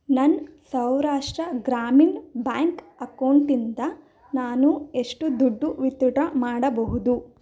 ನನ್ನ ಸೌರಾಷ್ಟ್ರ ಗ್ರಾಮೀಣ್ ಬ್ಯಾಂಕ್ ಅಕೌಂಟಿಂದ ನಾನು ಎಷ್ಟು ದುಡ್ಡು ವಿತ್ಡ್ರಾ ಮಾಡಬಹುದು